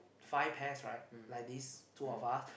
five pairs right like this two of us